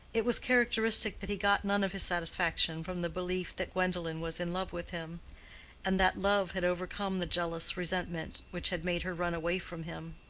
it was characteristic that he got none of his satisfaction from the belief that gwendolen was in love with him and that love had overcome the jealous resentment which had made her run away from him.